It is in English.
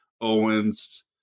Owens